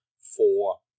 four